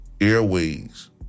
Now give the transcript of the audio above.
airways